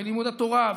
ולימוד התורה,